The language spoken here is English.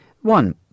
One